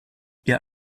ihr